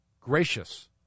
gracious